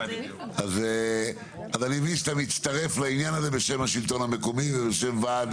אז אני מבין שאתה מצטרף לעניין הזה בשם השלטון המקומי ובשם וועד